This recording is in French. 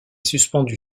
suspendue